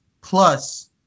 Plus